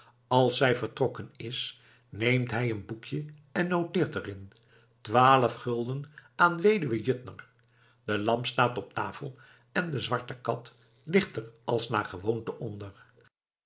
als zij vertrokken is neemt hij een boekje en noteert er in twaalf gulden aan de weduwe juttner de lamp staat op tafel en de zwarte kat ligt er als naar gewoonte onder